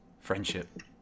Friendship